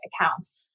accounts